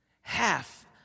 half